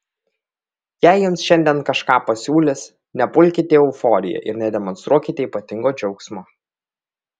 jei jums šiandien kažką pasiūlys nepulkite į euforiją ir nedemonstruokite ypatingo džiaugsmo